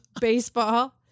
baseball